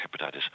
hepatitis